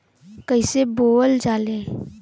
कईसे बोवल जाले?